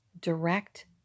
direct